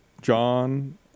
John